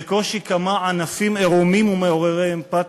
בקושי כמה ענפים עירומים ומעוררי אמפתיה.